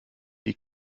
die